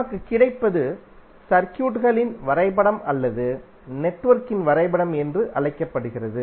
நமக்கு கிடைப்பது சர்க்யூட்களின் வரைபடம் அல்லது நெட்வொர்க்கின் வரைபடம் என்று அழைக்கப்படுகிறது